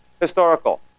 Historical